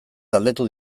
galdetu